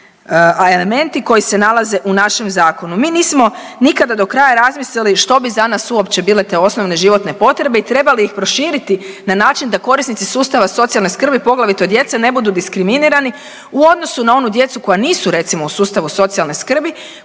elementi koji se nalaze u našem zakonu. Mi nismo nikada do kraja razmislili što bi za nas uopće bile te osnovne životne potrebe i treba li ih proširiti na način da korisnici sustava socijalne skrbi poglavito djece ne budu diskriminirani u odnosu na onu djecu koja nisu recimo u sustavu socijalne skrbi